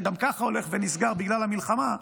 שגם כך הולך ונסגר בגלל המלחמה,